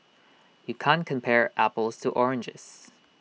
you can't compare apples to oranges